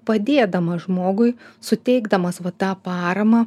padėdamas žmogui suteikdamas va tą paramą